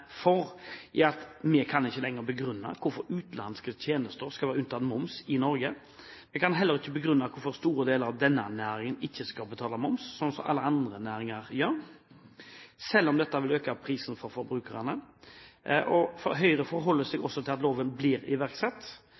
at vi ikke lenger kan begrunne hvorfor utenlandske tjenester skal være unntatt moms i Norge. Vi kan heller ikke begrunne hvorfor store deler av denne næringen ikke skal betale moms, slik som alle andre næringer gjør, selv om dette vil øke prisen for forbrukerne. Høyre forholder seg også til at loven blir iverksatt,